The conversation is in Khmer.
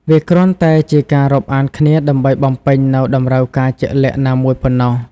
វាគ្រាន់តែជាការរាប់អានគ្នាដើម្បីបំពេញនូវតម្រូវការជាក់លាក់ណាមួយប៉ុណ្ណោះ។